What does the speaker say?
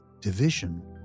division